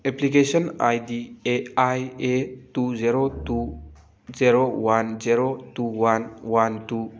application I D A I A two zero two zero one zero two one one two